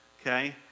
Okay